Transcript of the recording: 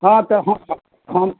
हँ तऽ हम